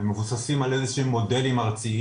הם מבוססים על איזה שהם מודלים ארציים,